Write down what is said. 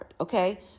Okay